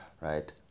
right